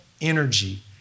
energy